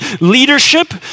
leadership